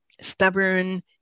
stubborn